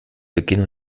beginn